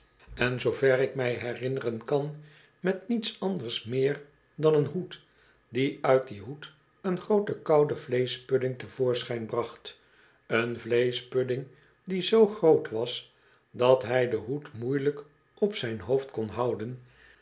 en kamers zoover ik mij herinneren kan met niets anders meer dan een hoed die uit dien hoed een grooten kouden vleeschpudding te voorschijn bracht een vleeschpudding die zoo groot was dat hij den hoed moeielijk op zijn hoofd kon houden